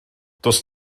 does